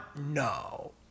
No